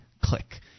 click